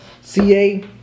CA